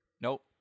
Nope